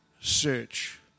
search